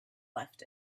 left